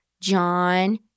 John